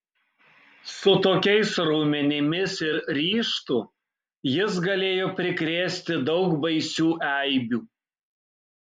su tokiais raumenimis ir ryžtu jis galėjo prikrėsti daug baisių eibių